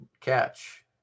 catch